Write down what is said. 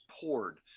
poured